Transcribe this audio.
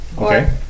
Okay